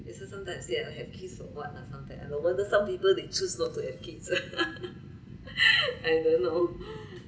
it's just sometimes you see ah I have kids or what ah sometimes no wonder some people they choose not to have kids ah I don't know